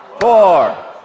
four